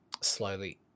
slowly